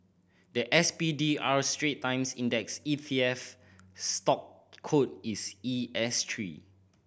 the S P D R Strait Times Index E T F stock code is E S three